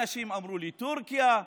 אנשים אמרו לי לטורקיה,